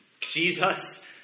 Jesus